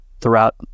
throughout